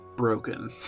broken